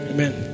Amen